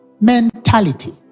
mentality